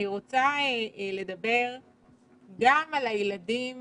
אני רוצה לדבר גם על הילדים